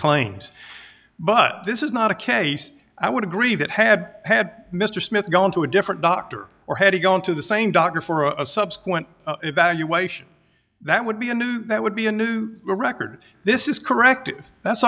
claims but this is not a case i would agree that had had mr smith gone to a different doctor or had he gone to the same doctor for a subsequent evaluation that would be a new that would be a new record this is correct that's